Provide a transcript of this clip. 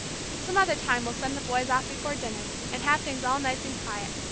some other time we'll send the boys off before dinner, and have things all nice and quiet.